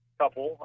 couple